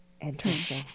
Interesting